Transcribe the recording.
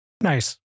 Nice